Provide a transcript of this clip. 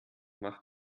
macht